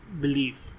belief